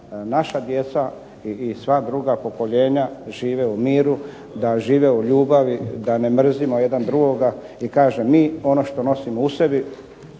naša djeca i sva druga pokoljenja žive u miru, da žive u ljubavi, da ne mrzimo jedan drugoga. I kažem, mi ono što nosimo u sebi,